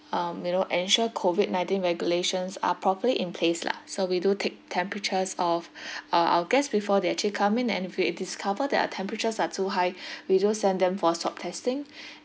um you know ensure COVID nineteen regulations are properly in place lah so we do take temperatures of uh our guests before they actually come in and if we i~ discover there are temperatures that are too high we do send them for swab testing